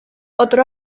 otro